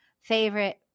favorite